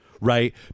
Right